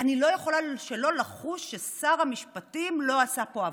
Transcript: אני לא יכולה שלא לחוש ששר המשפטים לא עשה פה עבודה.